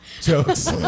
Jokes